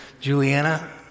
Juliana